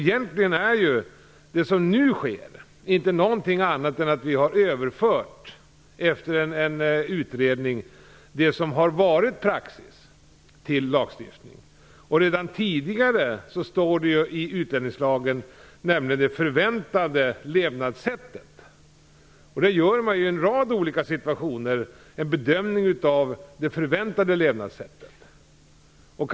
Egentligen är det som nu sker inte någonting annat än att vi efter utredning har överfört det som har varit praxis till lagstiftning. Redan tidigare står det i utlänningslagen om det förväntade levnadssättet. Man gör i en rad olika situationer en bedömning av det förväntade levnadssättet.